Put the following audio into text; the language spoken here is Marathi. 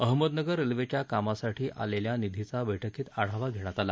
अहमदनगर रेल्वेच्या कामासाठी आलेल्या निधीचा ब्रा्ठकीत आढावा घेण्यात आला